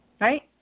right